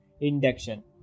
induction